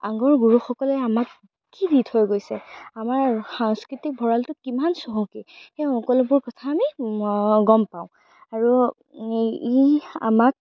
আগৰ গুৰুসকলে আমাক কি দি থৈ গৈছে আমাৰ সাংস্কৃতিক ভঁৰালটো কিমান চহকী সেই সকলোবোৰ কথা আমি গম পাওঁ আৰু ই আমাক